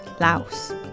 Laos